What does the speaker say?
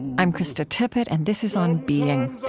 i'm krista tippett and this is on being.